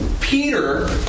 Peter